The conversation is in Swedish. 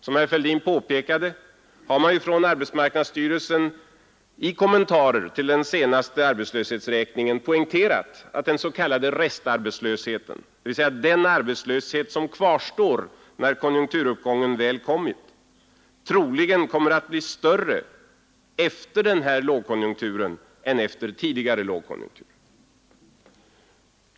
Som herr Fälldin påpekade har arbetsmarknadsstyrelsen i kommentarer till den senaste arbetslöshetsräkningen poängterat att den s.k. restarbetslösheten — dvs. den arbetslöshet som kvarstår när konjunkturuppgången väl kommit — troligen kommer att bli större efter den här lågkonjunkturen än efter tidigare lågkonjunkturer.